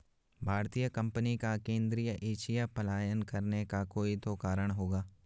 भारतीय कंपनी का केंद्रीय एशिया पलायन करने का कोई तो कारण होगा